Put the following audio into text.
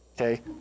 Okay